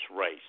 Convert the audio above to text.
race